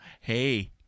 hey